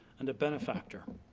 and a benefactor.